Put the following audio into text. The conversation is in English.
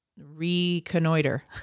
reconnoiter